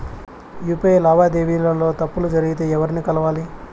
UPI లావాదేవీల లో తప్పులు జరిగితే ఎవర్ని కలవాలి?